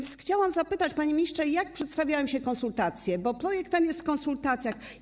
Chciałabym więc zapytać, panie ministrze, jak przedstawiają się konsultacje, bo projekt ten jest w konsultacjach.